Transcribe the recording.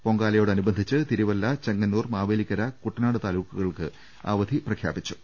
പൊങ്കാലയോടനുബന്ധിച്ച് തിരുവല്ല ചെങ്ങന്നൂർ മാവേലിക്കര് കുട്ടനാട് താലൂക്കുകൾക്ക് അവധി പ്രഖ്യാപിച്ചു